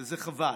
וזה חבל,